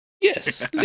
yes